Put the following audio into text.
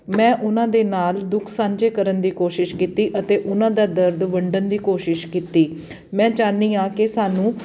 ਮੈਂ ਉਹਨਾਂ ਦੇ ਨਾਲ ਦੁੱਖ ਸਾਂਝੇ ਕਰਨ ਦੀ ਕੋਸ਼ਿਸ਼ ਕੀਤੀ ਅਤੇ ਉਹਨਾਂ ਦਾ ਦਰਦ ਵੰਡਣ ਦੀ ਕੋਸ਼ਿਸ਼ ਕੀਤੀ ਮੈਂ ਚਾਹੁੰਦੀ ਹਾਂ ਕਿ ਸਾਨੂੰ